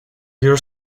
your